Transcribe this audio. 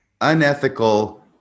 unethical